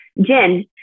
Jen